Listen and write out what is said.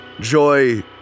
Joy